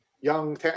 young